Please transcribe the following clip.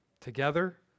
together